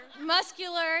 muscular